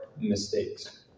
Mistakes